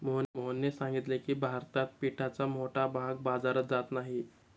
मोहनने सांगितले की, भारतात पिकाचा मोठा भाग बाजारात जात नाही